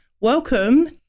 welcome